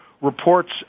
Reports